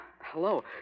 hello